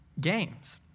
games